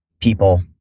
people